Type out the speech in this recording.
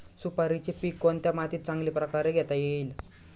सुपारीचे पीक कोणत्या मातीत चांगल्या प्रकारे घेता येईल?